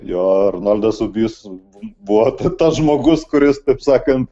jo arnoldas ubys buvo buvo tas žmogus kuris taip sakant